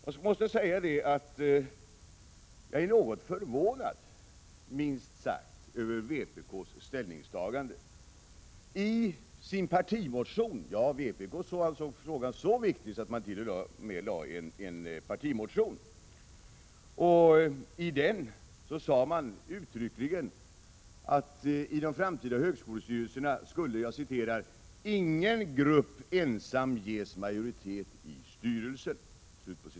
Jag måste säga att jag minst sagt är något förvånad över vpk:s ställningstagande. I sin partimotion — vpk ansåg alltså frågan så viktig att man t.o.m. väckte en partimotion — sade man uttryckligen att i de framtida högskolestyrelserna skulle ”ingen grupp ensam ges majoritet i styrelsen”.